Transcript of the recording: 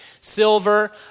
Silver